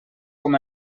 com